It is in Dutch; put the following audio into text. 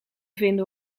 vinden